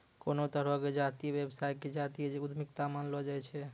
कोनो तरहो के जातीय व्यवसाय के जातीय उद्यमिता मानलो जाय छै